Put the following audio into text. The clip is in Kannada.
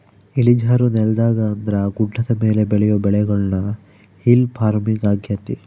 ಇಳಿಜಾರು ನೆಲದಾಗ ಅಂದ್ರ ಗುಡ್ಡದ ಮೇಲೆ ಬೆಳಿಯೊ ಬೆಳೆಗುಳ್ನ ಹಿಲ್ ಪಾರ್ಮಿಂಗ್ ಆಗ್ಯತೆ